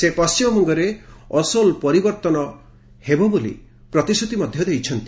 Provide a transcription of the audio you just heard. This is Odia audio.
ସେ ପଣ୍ଟିମବଙ୍ଗରେ ଅସୋଲ ପରିବର୍ତ୍ତନ ହେବ ବୋଲି ପ୍ରତିଶ୍ରତି ଦେଇଛନ୍ତି